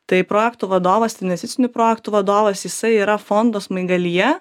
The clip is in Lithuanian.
tai projektų vadovas investicinių projektų vadovas jisai yra fondo smaigalyje